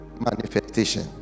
manifestation